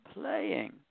playing